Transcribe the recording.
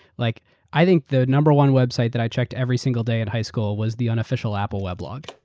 like i think the number one website that i checked every single day at high school was the unofficial apple weblog.